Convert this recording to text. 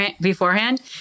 beforehand